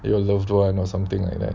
and you love do what something like that